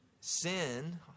Sin